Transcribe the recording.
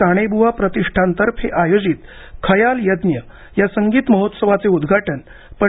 काणेब्वा प्रतिष्ठानतर्फे आयोजित खयाल यज्ञ या संगीतमहोत्सवाचे उद्घाटन पं